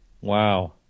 Wow